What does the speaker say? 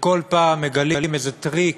בכל פעם מגלים איזה טריק